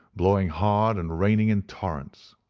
blowing hard and raining in torrents.